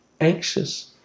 anxious